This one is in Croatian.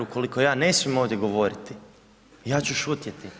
Ukoliko ja ne smijem ovdje govoriti, ja ću šutjeti.